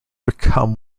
become